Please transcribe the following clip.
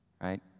right